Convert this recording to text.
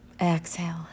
Exhale